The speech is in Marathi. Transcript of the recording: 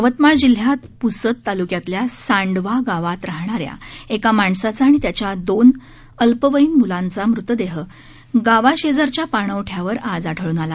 यवतमाळ जिल्ह्यात पुसद तालुक्यातल्या सांडवा गावात राहणाऱ्या क्रि माणसाचा आणि त्याच्या दोन अल्पवयीन मुलांचा मृतदेह गावा शेजारच्या पाणवठ्यावर आज आढळून आला